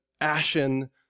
ashen